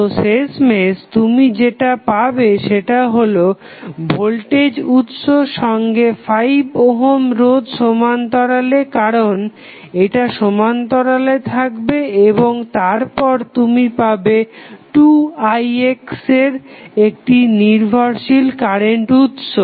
তো শেষমেশ তুমি যেটা পাবে সেটা হলো ভোল্টেজ উৎস সঙ্গে 5 ওহম রোধ সমান্তরালে কারণ এটা সমান্তরালে থাকবে এবং তারপর তুমি পাবে 2ix এর একটি নির্ভরশীল কারেন্ট উৎস